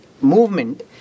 movement